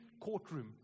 courtroom